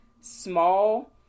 small